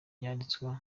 zanditswe